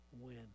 win